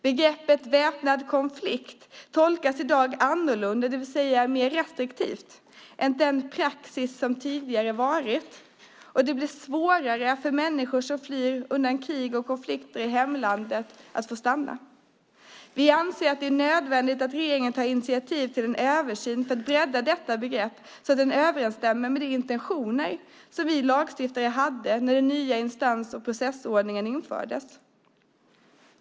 Begreppet "väpnad konflikt" tolkas i dag annorlunda, det vill säga mer restriktivt, än den praxis som tidigare varit, och det blir svårare för människor som flyr undan krig och konflikter i hemlandet att få stanna. Vi anser att det är nödvändigt att regeringen tar initiativ till en översyn för att bredda detta begrepp så att det överensstämmer med de intentioner som vi lagstiftare hade när den nya instans och processordningen infördes.